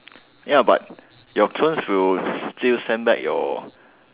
ya but your clones will still send back your